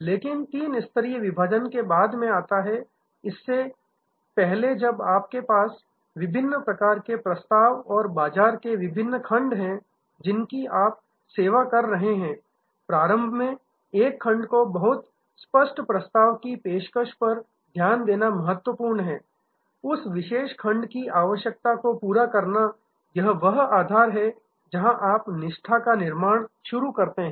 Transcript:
लेकिन तीन स्तरीय विभाजन बहुत बाद में आता है इससे पहले जब आपके पास विभिन्न प्रकार के प्रस्ताव और बाजार के विभिन्न खंड हैं जिनकी आप सेवा कर रहे हैं प्रारंभ में एक खंड को और बहुत स्पष्ट प्रस्ताव की पेशकश पर ध्यान देना महत्वपूर्ण है उस विशेष खंड की आवश्यकता को पूरा करना यह वह आधार है जहां आप निष्ठा का निर्माण शुरू करते हैं